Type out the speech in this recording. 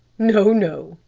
no, no,